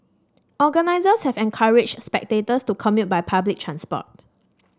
organisers have encouraged spectators to commute by public transport